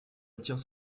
obtient